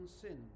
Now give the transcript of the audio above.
sin